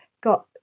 got